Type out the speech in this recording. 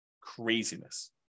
Craziness